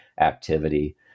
activity